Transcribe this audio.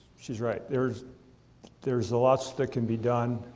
she's right. there's, there's lots that can be done.